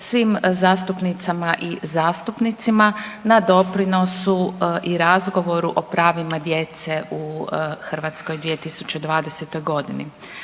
svim zastupnicama i zastupnicima na doprinosu i razgovoru o pravima djece u Hrvatskoj u 2020.g.